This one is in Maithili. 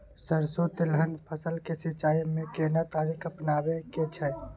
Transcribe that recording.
सरसो तेलहनक फसल के सिंचाई में केना तरीका अपनाबे के छै?